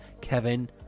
Kevin